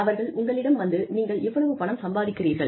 அவர்கள் உங்களிடம் வந்து நீங்கள் இவ்வளவு பணம் சம்பாதிக்கிறீர்கள்